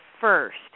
first